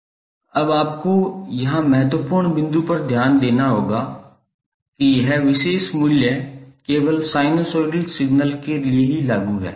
अब आपको यहां महत्वपूर्ण बिंदु पर ध्यान देना होगा कि यह विशेष मूल्य केवल साइनसोइडल सिग्नल के लिए लागू है